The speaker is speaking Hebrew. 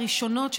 הראשונות,